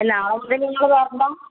അല്ല ആൾ കൂട്ടത്തിൽ നിങ്ങൾ കയറണ്ട